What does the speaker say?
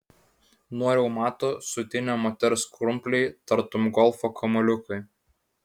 nuo reumato sutinę moters krumpliai tartum golfo kamuoliukai